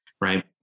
right